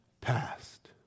Past